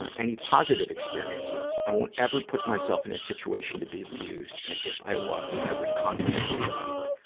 ah any positive experiences? i won't ever put myself in a situation to be abused. and if i was, i would confidently leave.